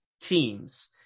teams